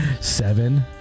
seven